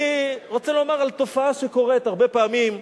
אני רוצה לומר על תופעה שקורית הרבה פעמים,